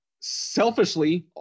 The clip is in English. selfishly